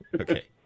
Okay